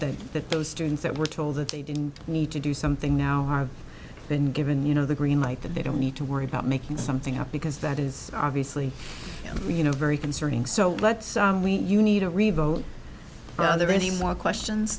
that that those students that were told that they didn't need to do something now have been given you know the green light that they don't need to worry about making something up because that is obviously you know very concerning so let's say you need a revote are there any more questions